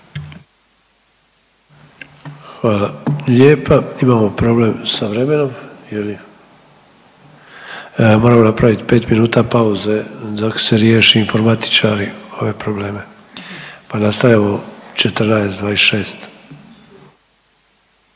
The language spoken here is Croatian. Hvala lijepa. Imamo problem sa vremenom je li, moramo napravit 5 minuta pauza dok riješe informatičari ove probleme, pa nastavljamo u 14 i 26.